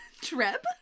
Treb